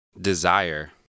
Desire